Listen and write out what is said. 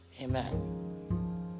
Amen